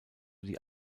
die